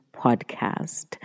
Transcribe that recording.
podcast